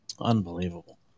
Unbelievable